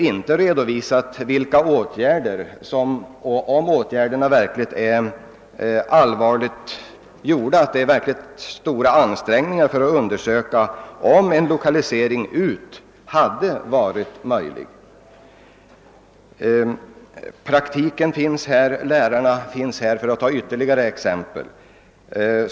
Statsrådet har emellertid inte redovisat om man i regeringen har gjort verkligt stora ansträngningar för att undersöka om det varit möjligt att lokalisera ut polisskolan.